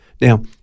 Now